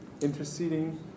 interceding